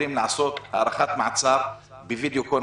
יכולים לעשות הארכת מעצר ב- video conference.